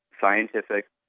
scientific